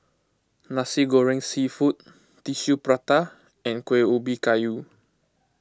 Nasi Goreng Seafood Tissue Prata and Kuih Ubi Kayu